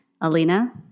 Alina